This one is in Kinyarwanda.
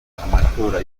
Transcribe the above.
amatora